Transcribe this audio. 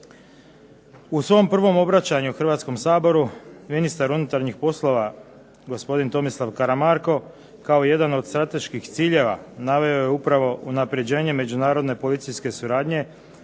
U svom prvom obraćanju Hrvatskom saboru, ministar unutarnjih poslova gospodin Tomislav Karamarko kao jedan od strateških ciljeva naveo je upravo unapređenje međunarodne policijske suradnje,